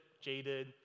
jaded